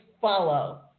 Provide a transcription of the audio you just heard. follow